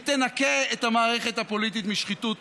ותנקה את המערכת הפוליטית משחיתות.